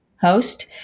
host